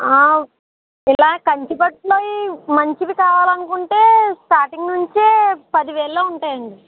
ఆ ఇలా కంచి పట్టులోవి మంచివి కావాలి అనుకుంటే స్టార్టింగ్ నుంచే పది వేలలో ఉంటాయి అండి